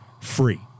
free